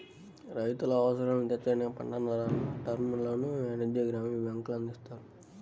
రైతుల అవసరాలను తీర్చడానికి పంట రుణాలను, టర్మ్ లోన్లను వాణిజ్య, గ్రామీణ బ్యాంకులు అందిస్తున్నాయి